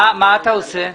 מה אתה עושה?